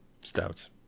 Stouts